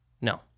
No